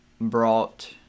brought